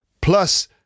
plus